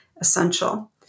essential